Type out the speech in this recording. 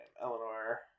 Eleanor